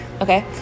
Okay